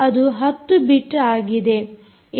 ಅದು 10 ಬಿಟ್ ಆಗಿದೆ